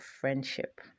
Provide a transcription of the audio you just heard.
friendship